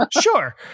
sure